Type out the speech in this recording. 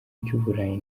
by’uburayi